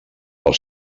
pel